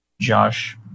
Josh